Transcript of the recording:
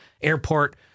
airport